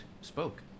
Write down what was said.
spoke